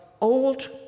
old